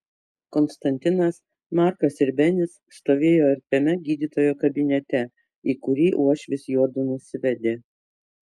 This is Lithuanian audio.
konstantinas markas ir benis stovėjo erdviame gydytojo kabinete į kurį uošvis juodu nusivedė